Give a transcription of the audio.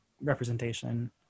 representation